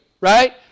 right